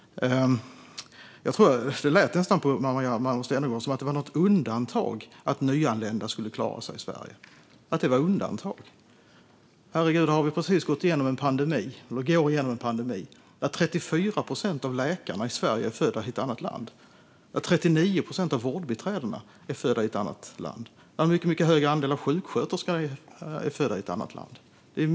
Det lät nästan på Maria Malmer Stenergard som att det var något undantag att nyanlända skulle klara sig i Sverige. Herregud, vi går precis igenom en pandemi där 34 procent av läkarna i Sverige är födda i ett annat land, där 39 procent av vårdbiträdena är födda i ett annat land och där en mycket stor andel av sjuksköterskorna är födda i ett annat land.